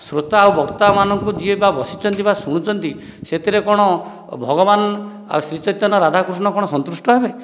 ଶ୍ରୋତା ଓ ବକ୍ତାମାନଙ୍କୁ ଯିଏ ବା ବସିଛନ୍ତି ବା ଶୁଣୁଛନ୍ତି ସେଥିରେ କ'ଣ ଭଗବାନ ଆଉ ଶ୍ରୀ ଚୈତନ୍ୟ ରାଧା କୃଷ୍ଣ କ'ଣ ସନ୍ତୁଷ୍ଟ ହେବେ